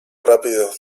rápido